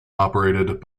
operated